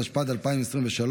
התשפ"ד 2023,